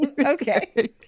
Okay